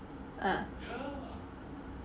ah